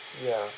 ya